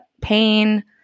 pain